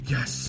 Yes